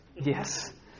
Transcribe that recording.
Yes